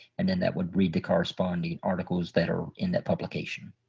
and then that would read the corresponding articles that are in that publication.